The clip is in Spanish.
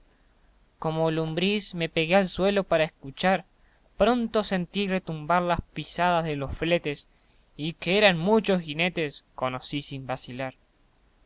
como lumbriz me pegué al suelo para escuchar pronto sentí retumbar las pisadas de los fletes y que eran muchos jinetes conocí sin vacilar